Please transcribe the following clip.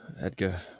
Edgar